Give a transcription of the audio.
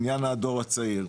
בעניין הדור הצעיר,